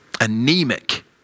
anemic